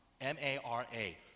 m-a-r-a